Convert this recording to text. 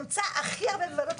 אולי ההסתייגות הכי חשובה בכל האירוע.